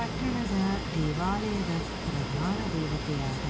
ಪಟ್ಟಣದ ದೇವಾಲಯದ ಪ್ರಧಾನ ದೇವತೆಯಾದ